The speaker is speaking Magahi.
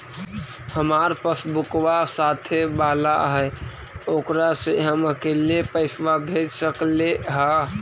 हमार पासबुकवा साथे वाला है ओकरा से हम अकेले पैसावा भेज सकलेहा?